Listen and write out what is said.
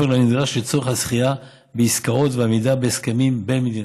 לנדרש לצורך הזכייה בעסקאות ועמידה בהסכמים בין-מדינתיים.